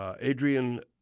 Adrian